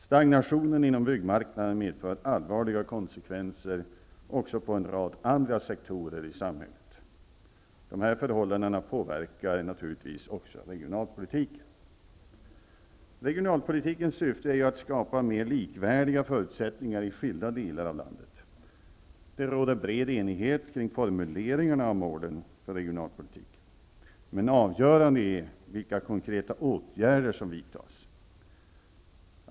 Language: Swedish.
Stagnationen på byggmarknaden medför allvarliga konsekvenser också inom en rad andra sektorer i samhället. Dessa förhållanden påverkar naturligtvis också regionalpolitiken. Regionalpolitikens syfte är ju att skapa mer likvärdiga förutsättningar i skilda delar av landet. Det råder bred enighet om formuleringarna av målen för regionalpolitiken, men avgörande är vilka konkreta åtgärder som vidtas.